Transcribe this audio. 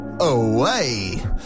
away